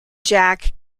jack